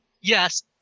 yes